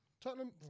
Tottenham